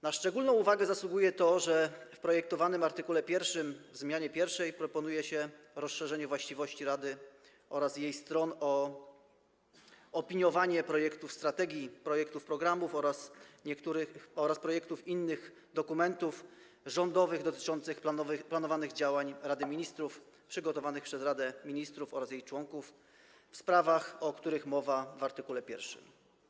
Na szczególną uwagę zasługuje to, że w projektowanym art. 1 w zmianie 1. proponuje się rozszerzenie właściwości rady oraz jej stron o opiniowanie projektów strategii, projektów programów oraz projektów innych dokumentów rządowych dotyczących planowanych działań Rady Ministrów, przygotowanych przez Radę Ministrów oraz jej członków, w sprawach, o których mowa w art. 1.